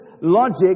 logic